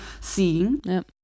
seeing